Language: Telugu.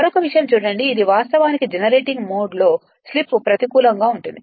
మరొక విషయం చూడండి ఇది వాస్తవానికి జెనరేటింగ్ మోడ్ లో స్లిప్ ప్రతికూలంగా ఉంటుంది